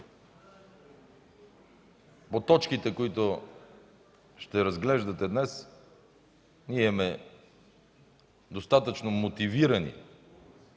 По точките, които ще разглеждате днес, ние имаме достатъчно мотивирани